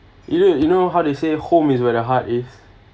you know you know how to say home is where the heart is